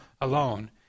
alone